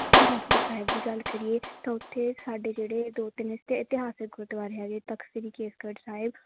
ਅਨੰਦਪੁਰ ਸਾਹਿਬ ਦੀ ਗੱਲ ਕਰੀਏ ਤਾਂ ਉੱਥੇ ਸਾਡੇ ਜਿਹੜੇ ਦੋ ਤਿੰਨ ਇਤ ਇਤਿਹਾਸਿਕ ਗੁਰਦੁਆਰੇ ਹੈਗੇ ਤਖ਼ਤ ਸ਼੍ਰੀ ਕੇਸਗੜ੍ਹ ਸਾਹਿਬ